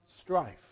strife